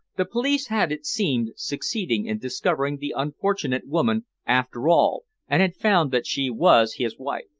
the police had, it seemed, succeeded in discovering the unfortunate woman after all, and had found that she was his wife.